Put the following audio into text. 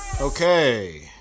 Okay